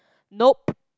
nope